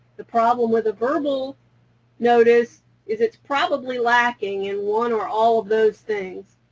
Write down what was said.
the problem with a verbal notice is it's probably lacking in one or all of those things,